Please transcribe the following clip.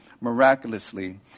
miraculously